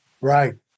Right